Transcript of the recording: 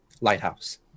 lighthouse